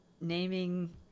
naming